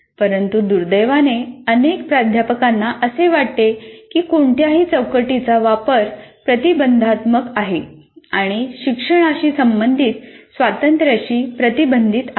परंतु दुर्दैवाने अनेक प्राध्यापकांना असे वाटते की कोणत्याही चौकटीचा वापर प्रतिबंधात्मक आहे आणि शिक्षणाशी संबंधित स्वातंत्र्याशी प्रतिबंधित आहे